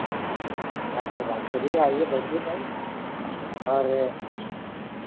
केसरबाग चलिए आइए बैठिए भाई और